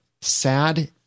Sad